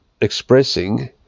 expressing